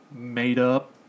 made-up